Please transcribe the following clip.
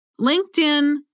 LinkedIn